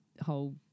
whole